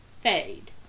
fade